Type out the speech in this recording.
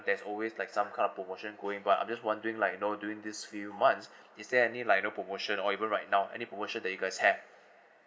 there's always like some kind of promotion going but I'm just wondering like you know during this few months is there any like you know promotion or even right now any promotion that you guys have